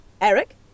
Eric